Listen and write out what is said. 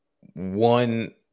one